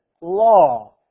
law